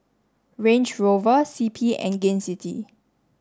Range Rover C P and Gain City